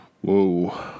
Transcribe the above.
Whoa